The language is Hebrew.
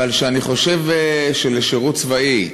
אלא שאני חושב ששירות צבאי,